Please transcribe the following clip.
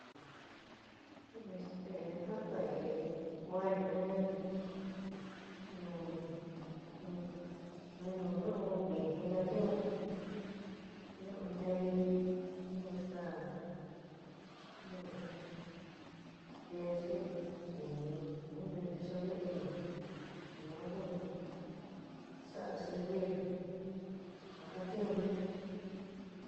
Este ja tain kuanri in nu nu nuñu'u vijin ntatiun ñuu ntei, ñu'u staá, ñu'u quesu, in kuñu, nu nti chuunyo ini yuan ku ja sa'a servir ja jatiunyo.